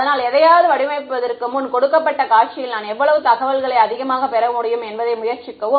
அதனால் எதையாவது வடிவமைப்பதற்கு முன் கொடுக்கப்பட்ட காட்சியில் நான் எவ்வளவு தகவல்களை அதிகமாக பெற முடியும் என்பதை முயற்சிக்கவும்